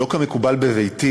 שלא כמקובל בביתי,